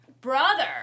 Brother